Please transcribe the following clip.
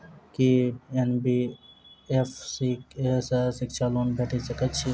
की NBFC सँ शिक्षा loan भेटि सकैत अछि?